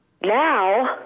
Now